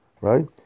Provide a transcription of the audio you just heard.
right